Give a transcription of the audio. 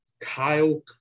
Kyle